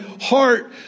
heart